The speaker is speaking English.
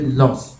lost